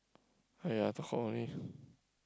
!aiya! talk cock only